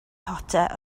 potter